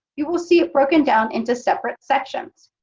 you will see it broken down into separate sections.